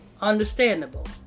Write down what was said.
Understandable